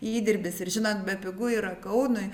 įdirbis ir žinot bepigu yra kaunui